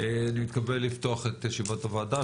אני מתכבד לפתוח את ישיבת הוועדה.